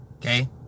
okay